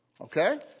Okay